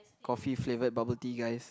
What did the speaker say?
coffee flavoured bubble tea guys